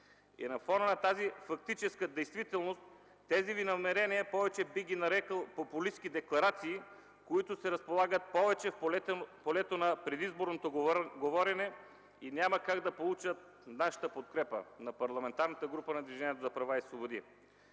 И на фона на тази фактическа действителност тези ви намерения бих ги нарекъл популистки декларации, които се разполагат повече в полето на предизборното говорене и няма как да получат нашата подкрепа на